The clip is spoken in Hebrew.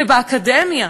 ובאקדמיה,